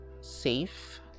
safe